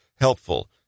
helpful